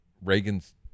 Reagan's